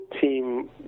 team